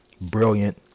brilliant